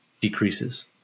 decreases